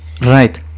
right